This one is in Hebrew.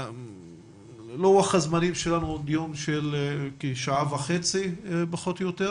אנחנו נקדיש שעה וחצי לדיון